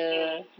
mm